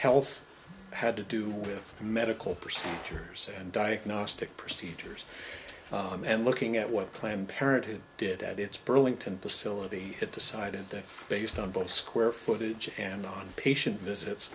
health had to do with medical procedures and diagnostic procedures and looking at what planned parenthood did at its burlington facility had decided that based on both square footage and on patient visits